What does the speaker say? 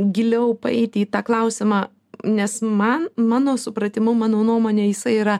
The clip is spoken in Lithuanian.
giliau paeiti į tą klausimą nes man mano supratimu mano nuomone jisai yra